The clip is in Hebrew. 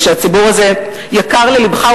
ושהציבור הזה יקר ללבך,